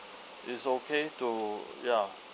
it's okay to ya